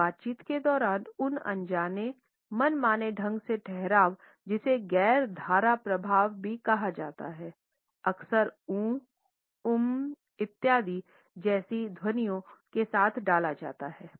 एक बातचीत के दौरान उन अनजाने मनमाने ढंग से ठहराव जिसे गैर धारा प्रवाह भी कहा जाता है अक्सर ऊँ ' ऊम्म्' इत्यादि जैसी ध्वनियों के साथ डाला जाता है